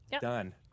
Done